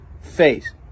face